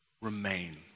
remain